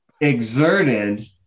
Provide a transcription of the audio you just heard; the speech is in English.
exerted